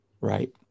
right